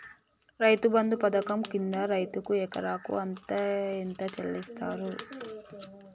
రైతు బంధు పథకం కింద రైతుకు ఎకరాకు ఎంత అత్తే చెల్లిస్తరు?